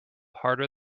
harder